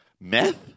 meth